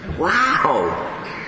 Wow